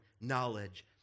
knowledge